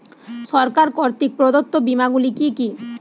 সরকার কর্তৃক প্রদত্ত বিমা গুলি কি কি?